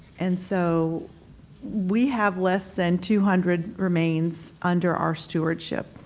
and so we have less than two hundred remains under our stewardship.